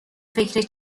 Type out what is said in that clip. فکر